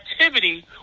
activity